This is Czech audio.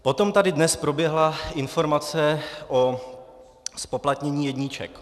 Potom tady dnes proběhla informace o zpoplatnění jedniček.